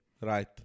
Right